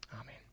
Amen